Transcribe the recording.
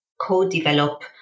co-develop